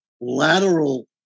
lateral